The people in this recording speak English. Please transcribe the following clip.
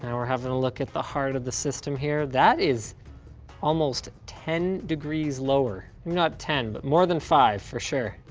and we're having a look at the heart of the system here, that is almost ten degrees lower. maybe not ten but more than five for sure.